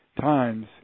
times